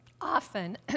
often